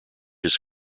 his